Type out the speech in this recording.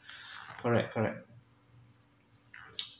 correct correct